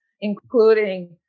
including